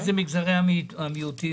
מה זה מגזרי המיעוטים?